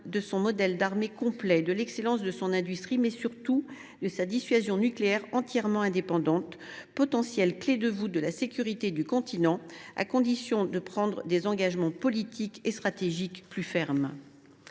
de son modèle d’armée complet, de l’excellence de son industrie, mais surtout de sa dissuasion nucléaire entièrement indépendante, potentielle clé de voûte de la sécurité du continent, à condition de prendre des engagements politiques et stratégiques plus fermes.